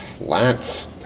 Lance